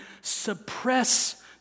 suppress